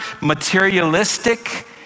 materialistic